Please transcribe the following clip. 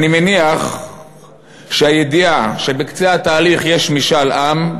אני מניח שהידיעה שבקצה התהליך יש משאל עם,